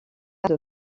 arts